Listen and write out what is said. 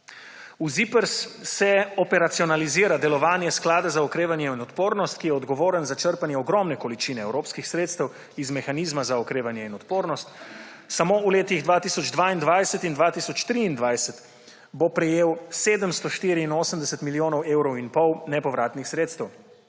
V ZIPRS se operacionalizira delovanje Sklada za okrevanje in odpornost, ki je odgovoren za črpanje ogromne količine evropskih sredstev iz mehanizma za okrevanje in odpornost. Samo v letih 2022 in v 2023 bo prejel 784 milijonov evrov in pol nepovratnih sredstev.